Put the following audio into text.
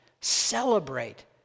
celebrate